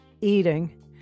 eating